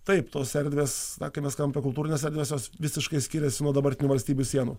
taip tos erdvės na kai mes kalbam apie kultūrines erdves jos visiškai skiriasi nuo dabartinių valstybių sienų